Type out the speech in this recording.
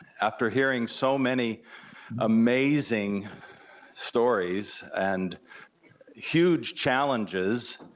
after hearing so many amazing stories, and huge challenges,